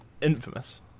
infamous